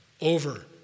over